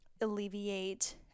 alleviate